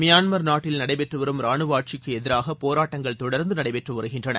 Myanmar நாட்டில் நடைபெற்றுவரும் ராணுவஆட்சிக்குஎதிராகபோராட்டங்கள் தொடர்ந்துநடைபெற்றுவருகின்றன